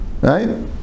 Right